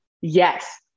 Yes